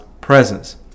presence